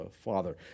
father